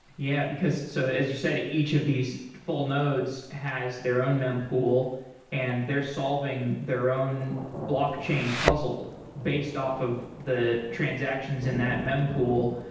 yeah, because so as you said, each of these full nodes has their own mempool and they're solving their own blockchain puzzle based off of the transactions in that mempool,